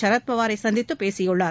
சரத் பவாரை சந்தித்துப் பேசியுள்ளார்